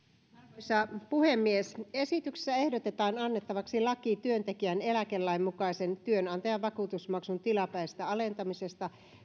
arvoisa puhemies esityksessä ehdotetaan annettavaksi laki työntekijän eläkelain mukaisen työnantajan vakuutusmaksun tilapäisestä alentamisesta